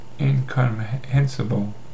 incomprehensible